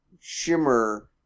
shimmer